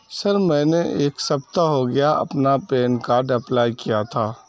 سر میں نے ایک سپتاہ ہو گیا اپنا پین کارڈ اپلائی کیا تھا